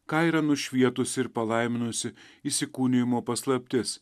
ką yra nušvietusi ir palaiminusi įsikūnijimo paslaptis